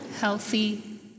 healthy